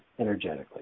energetically